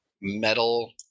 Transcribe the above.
metal